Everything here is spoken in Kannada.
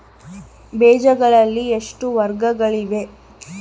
ಬೇಜಗಳಲ್ಲಿ ಎಷ್ಟು ವರ್ಗಗಳಿವೆ?